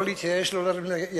לא להתייאש ולא להרים ידיים,